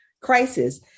crisis